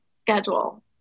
schedule